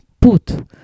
put